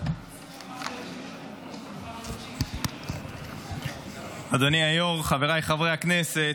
אדוני היושב-ראש, חבריי חברי הכנסת,